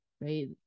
right